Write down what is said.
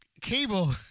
Cable